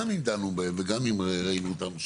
גם אם דנו בהם וגם אם ראינו אותם,